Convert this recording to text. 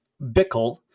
Bickle